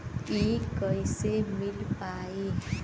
इ कईसे मिल पाई?